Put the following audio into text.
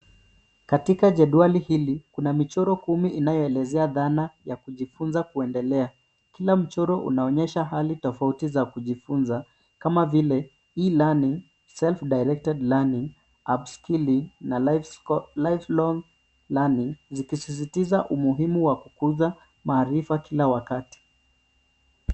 Katika jedwali hili, kuna michoro kumi inayoelezea dhana ya kujifunza kuendelea. Kila mchoro unaonyesha hali tofauti za kujifunza, kama vile e-learning, self directed learning, up skilling na live long learning , zikisisitiza umuhimu wa kukuza maarifa kila wakati.